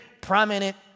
prominent